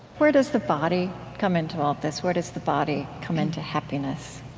where does the body come into all of this? where does the body come into happiness?